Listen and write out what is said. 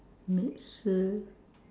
meet Sue